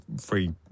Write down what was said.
free